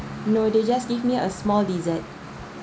no they just give me a small dessert